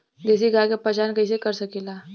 देशी गाय के पहचान कइसे कर सकीला?